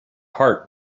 heart